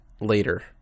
later